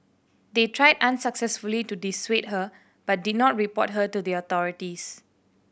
they tried unsuccessfully to dissuade her but did not report her to the authorities